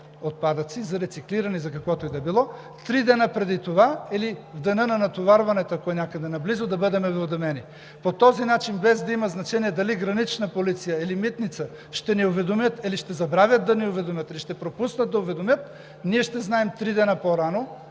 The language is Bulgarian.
за рециклиране и за каквото и да било, три дни преди това или в деня на натоварването, ако е някъде наблизо, да бъдем уведомявани. По този начин, без да има значение дали Гранична полиция или Митницата ще ни уведомят, или ще забравят да ни уведомят, или ще пропуснат да ни уведомят – ние ще знаем три дни по-рано